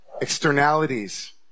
externalities